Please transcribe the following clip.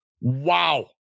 Wow